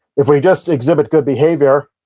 if we just exhibit good behavior,